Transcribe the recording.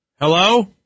Hello